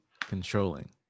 controlling